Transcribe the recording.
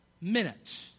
minute